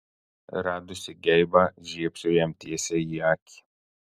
radusi geibą žiebsiu jam tiesiai į akį